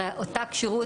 הרי אותה כשירות,